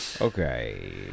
Okay